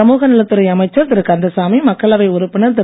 சமூகநலத் துறை அமைச்சர் திரு கந்தசாமி மக்களவை உறுப்பினர் திரு